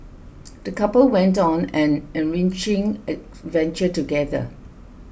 the couple went on an enriching adventure together